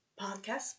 podcast